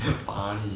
damn funny